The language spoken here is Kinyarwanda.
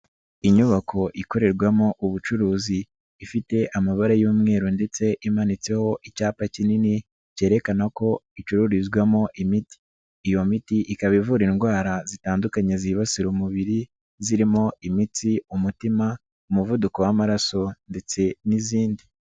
Inyubako ikorerwamo ubucuruzi, ifite amabara y'umweru ndetse imanitseho icyapa kinini cyerekana ko icururizwamo imiti. Iyo miti ikaba ivura indwara zitandukanye zibasira umubiri zirimo imitsi, umutima, umuvuduko w'amaraso ndetse n'izindi.